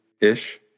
ish